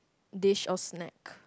dish or snack